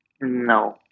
No